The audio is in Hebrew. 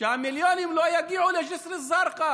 שהמיליונים לא יגיעו לג'יסר א-זרקא